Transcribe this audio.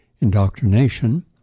Indoctrination